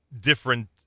different